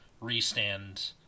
re-stand